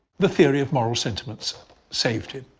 the theory of moral sentiments saved him.